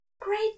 great